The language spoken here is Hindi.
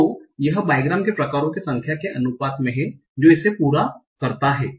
तो यह बाइग्राम के प्रकारों की संख्या के अनुपात में है जो इसे पूरा करता है